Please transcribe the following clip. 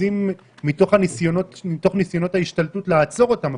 באחוזים מתוך ניסיונות ההשתלטות לעצור אותם,